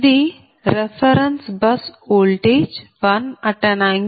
ఇది reference bus voltage 1∠0